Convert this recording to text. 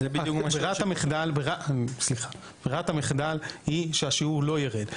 ברירת המחדל היא שהשיעור לא יירד,